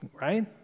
right